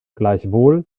gleichwohl